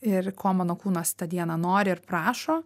ir ko mano kūnas tą dieną nori ir prašo